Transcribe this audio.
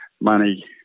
money